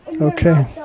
Okay